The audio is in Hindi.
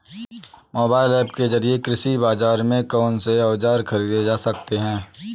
मोबाइल ऐप के जरिए कृषि बाजार से कौन से औजार ख़रीदे जा सकते हैं?